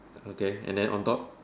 okay and then on top